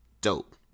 Dope